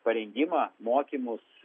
parengimą mokymus